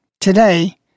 today